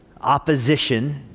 opposition